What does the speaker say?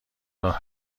راه